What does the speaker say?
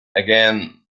again